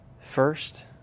first